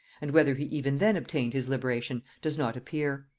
and whether he even then obtained his liberation does not appear.